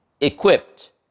equipped